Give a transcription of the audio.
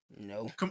No